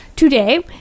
Today